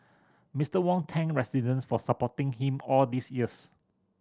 Mister Wong thanked residents for supporting him all these years